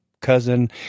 cousin